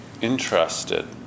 interested